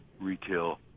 retail